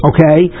Okay